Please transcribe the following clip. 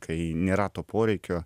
kai nėra to poreikio